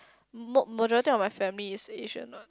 ma~ majority of my family is Asian what